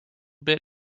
bit